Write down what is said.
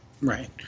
Right